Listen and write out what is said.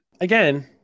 Again